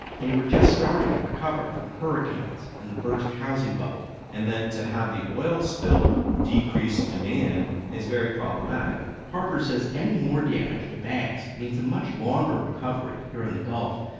they were just starting to recover from hurricanes and the burst housing bubble and then to have the oil spill decrease demand is very problematic harper says any more damage to banks means a much longer recovery here in the gulf.